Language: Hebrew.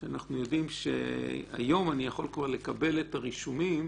שאנחנו יודעים שהיום אני יכול כבר לקבל את הרישומים